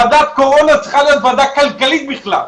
ועדת קורונה, צריכה להיות ועדה כלכלית בכלל.